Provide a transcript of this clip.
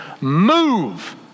move